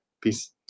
Peace